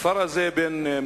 הכפר הזה "ייצר"